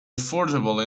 affordable